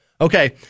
Okay